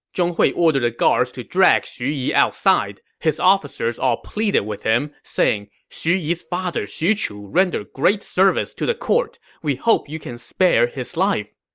zhong hui ordered the guards to drag xu yi outside. his officers all pleaded with him, saying, xu yi's father xu chu rendered service to the court. we hope you can spare his life.